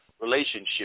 relationship